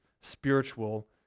spiritual